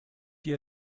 die